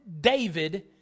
David